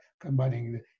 combining